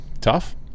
Tough